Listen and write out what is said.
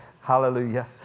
Hallelujah